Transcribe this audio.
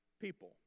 people